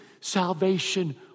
Salvation